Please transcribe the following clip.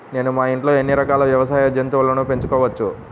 నేను మా ఇంట్లో ఎన్ని రకాల వ్యవసాయ జంతువులను పెంచుకోవచ్చు?